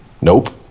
nope